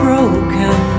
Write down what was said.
Broken